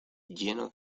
lleno